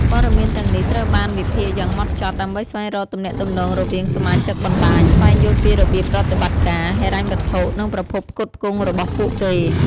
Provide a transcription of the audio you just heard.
ព័ត៌មានទាំងនេះត្រូវបានវិភាគយ៉ាងហ្មត់ចត់ ដើម្បីស្វែងរកទំនាក់ទំនងរវាងសមាជិកបណ្តាញ ស្វែងយល់ពីរបៀបប្រតិបត្តិការ ហិរញ្ញវត្ថុ និងប្រភពផ្គត់ផ្គង់របស់ពួកគេ។